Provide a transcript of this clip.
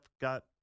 got